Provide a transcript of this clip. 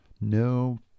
No